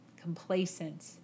complacent